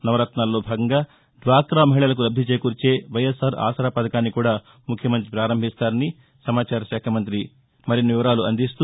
నవరత్నాల్లో భాగంగా డ్వాకా మహిళలకు లబ్ది చేకూర్చే వైఎస్సార్ ఆసరా పథకాన్ని కూడా ముఖ్యమంత్రి ప్రారంభిస్తారని సమాచార శాఖ మంగ్రితి మరిన్ని వివరాలను అందిస్తూ